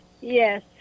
Yes